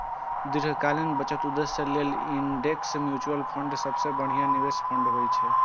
दीर्घकालीन बचत उद्देश्य लेल इंडेक्स म्यूचुअल फंड सबसं बढ़िया निवेश फंड होइ छै